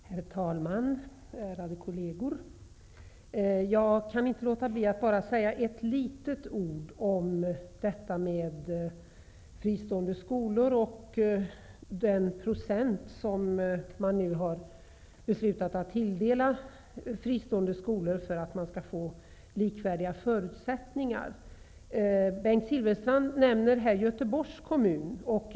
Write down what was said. Herr talman! Ärade kolleger! Jag kan inte låta bli att säga något om fristående skolor och den procentsats man nu har beslutat att tilldela dessa skolor för att skapa likvärdiga förutsättningar.